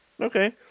Okay